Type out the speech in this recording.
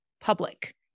public